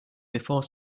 before